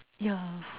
yeah